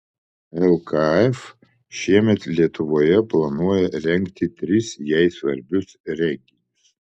lkf šiemet lietuvoje planuoja rengti tris jai svarbius renginius